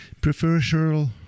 preferential